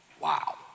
Wow